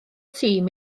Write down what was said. tîm